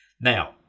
Now